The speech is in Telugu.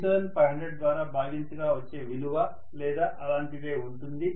2 ను 3500 ద్వారా భాగించగా వచ్చే విలువ లేదా అలాంటిదే ఉంటుంది